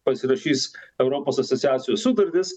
pasirašys europos asociacijos sutartis